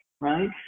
right